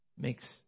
makes